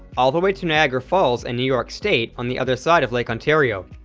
all the way to niagara falls and new york state on the other side of lake ontario.